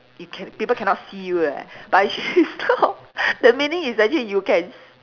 you can people cannot see you eh but actually it's not the meaning is actually you can s~